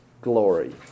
glory